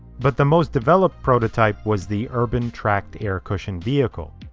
but the most developed prototype was the urban tracked air cushion vehicle.